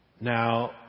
Now